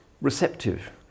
receptive